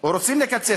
או רוצים לקצץ,